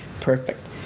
perfect